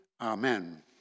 Amen